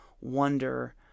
wonder